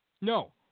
No